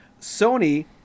Sony